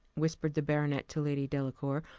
whispered the baronet to lady delacour,